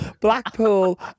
Blackpool